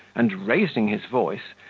and, raising his voice,